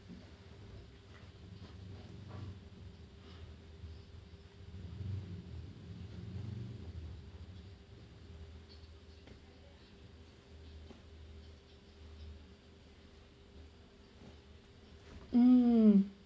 mm